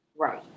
right